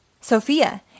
Sophia